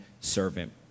servant